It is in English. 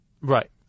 right